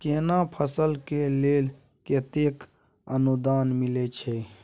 केना फसल के लेल केतेक अनुदान मिलै छै?